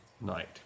night